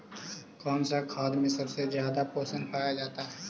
कौन सा खाद मे सबसे ज्यादा पोषण पाया जाता है?